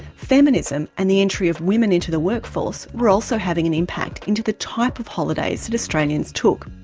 feminism and the entry of women into the workforce were also having an impact into the type of holidays that australians took.